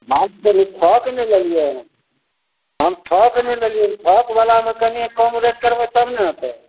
माल तऽ रेट थोक ने लेलियै हन हम थोक ने लेलिया थोकबलामे कनिएँ कम रेट करबै तब ने होयतैक